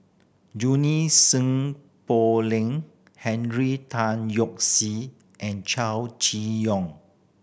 Junie Sng Poh Leng Henry Tan Yoke See and Chow Chee Yong